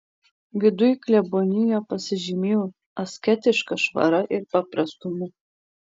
viduj klebonija pasižymėjo asketiška švara ir paprastumu